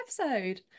episode